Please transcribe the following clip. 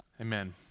Amen